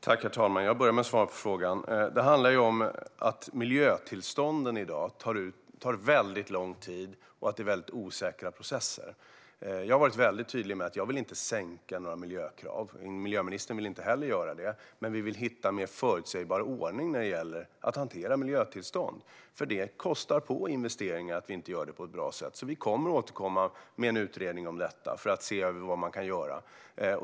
Herr talman! Jag börjar med att svara på frågan. Miljötillstånden tar i dag lång tid att få fram, och det är väldigt osäkra processer. Jag har varit väldigt tydlig med att jag inte vill sänka några miljökrav. Miljöministern vill inte heller göra det. Men vi vill hitta en mer förutsägbar ordning när det gäller att hantera miljötillstånd, för det kostar på investeringar att inte göra det på ett bra sätt. Vi återkommer med en utredning om detta för att se över vad man kan göra.